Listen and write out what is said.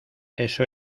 eso